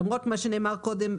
למרות מה שנאמר קודם,